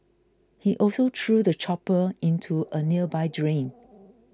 he also threw the chopper into a nearby drain